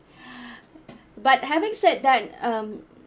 but having said that um